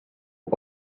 had